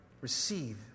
receive